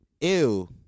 ew